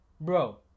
Bro